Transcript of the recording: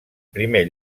primer